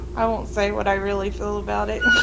i won't say what i really feel about it,